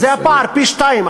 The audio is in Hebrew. אז זה הפער, פי-שניים.